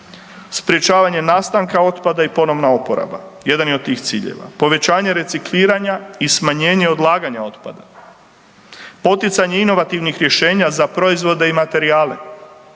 Sprječavanje nastanka otpada i ponovna uporaba, jedan je od tih ciljeva. Povećanje recikliranja i smanjenje odlaganja otpada, poticanje inovativnih rješenja za proizvode i materijale,